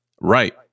Right